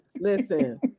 Listen